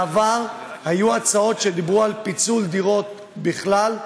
בעבר היו הצעות שדיברו על פיצול דירות בכלל,